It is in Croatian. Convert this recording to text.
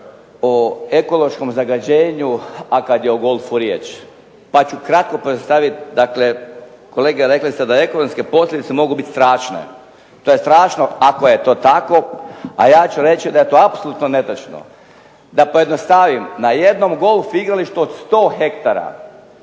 o ekološkom zagađenju, a kada je o golfu riječ. Pa ću kratko predstaviti, dakle kolege rekli ste da ekonomske posljedice mogu biti strašne. To je strašno ako je to tako. A ja ću reći da je to apsolutno netočno. Da pojednostavnim na jednom golf igralištu od 100 hektara